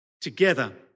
Together